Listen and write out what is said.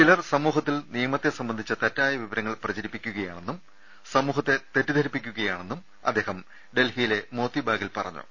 ചിലർ സമൂഹ ത്തിൽ നിയമത്തെ സംബന്ധിച്ച തെറ്റായ വിവരങ്ങൾ പ്രചരിപ്പിക്കുകയാ ണെന്നും സമൂഹത്തെ തെറ്റിദ്ധരിപ്പിക്കുകയും ചെയ്യുകയാണെന്ന് അദ്ദേഹം ഡൽഹിയിലെ മോത്തിബാഗിൽ പറഞ്ഞു